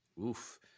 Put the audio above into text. Oof